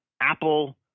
Apple